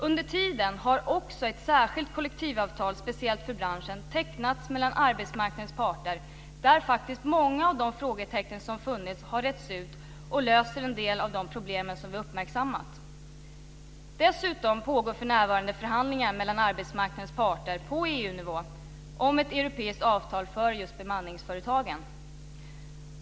Under tiden har också ett särskilt kollektivavtal, speciellt för branschen, tecknats mellan arbetsmarknadens parter där faktiskt många av de frågetecken som har funnits har retts ut och löser en del av de problem som uppmärksammats. Dessutom pågår för närvarande förhandlingar mellan arbetsmarknadens parter på EU-nivå om ett europeiskt avtal för just bemanningsföretagen.